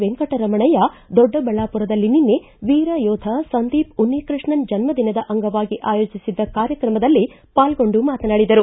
ವೆಂಕಟರಮಣಯ್ಯ ದೊಡ್ಡಬಳ್ಳಾಪುರದಲ್ಲಿ ನಿನ್ನೆ ವೀರ ಯೋಧ ಸಂದೀಪ್ ಉನ್ನಿಕೃಷ್ಣನ್ ಜನ್ನದಿನದ ಅಂಗವಾಗಿ ಆಯೋಜಿಸಿದ್ದ ಕಾರ್ಯಕ್ರಮದಲ್ಲಿ ಪಾಲ್ಗೊಂಡು ಮಾತನಾಡಿದರು